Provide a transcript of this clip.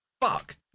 fuck